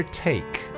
take